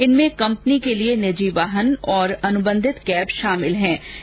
इनमें कंपनी के निजी वाहन और अनुबंधित कैब शामिल होंगे